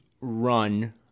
run